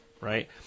right